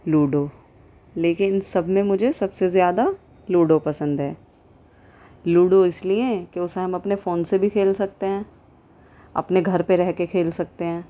ludo لیکن سب میں مجھے سب سے زیادہ لوڈو پسند ہے لوڈو اس لیے کہ اسے ہم اپنے فون سے بھی کھیل سکتے ہیں اپنے گھر پہ رہ کے کھیل سکتے ہیں